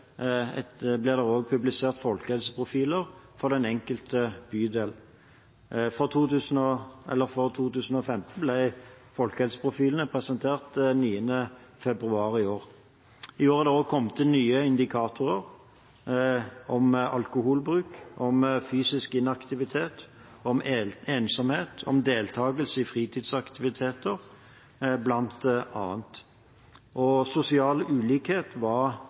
publisert folkehelseprofiler for den enkelte bydel. Den 9. februar i år ble folkehelseprofilene for 2015 presentert. I år er det også kommet inn nye indikatorer, om alkoholbruk, om fysisk inaktivitet, om ensomhet, om deltagelse i fritidsaktiviteter bl.a. – og sosial ulikhet var